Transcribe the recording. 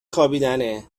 خوابیدنه